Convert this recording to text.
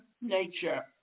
Nature